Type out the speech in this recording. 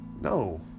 no